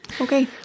Okay